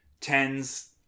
tens